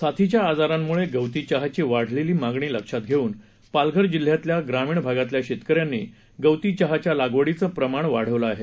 साथीच्या आजारांमुळे गवती चहाची वाढलेली मागणी लक्षात घेऊन पालघर जिल्ह्यातल्या ग्रामीण भागातल्या शेतकऱ्यांनी गवती चहाच्या लागवडीचं प्रमाण वाढवलं आहे